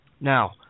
Now